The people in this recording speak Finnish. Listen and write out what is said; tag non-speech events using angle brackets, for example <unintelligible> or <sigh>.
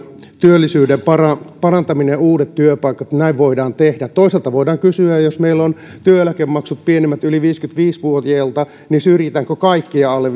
työllisyyden parantaminen ja uudet työpaikat näin voidaan tehdä toisaalta voidaan kysyä jos meillä on työeläkemaksut pienemmät yli viisikymmentäviisi vuotiailla syrjitäänkö kaikkia alle <unintelligible>